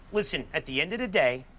listen, at the end of the day,